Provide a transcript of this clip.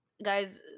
guys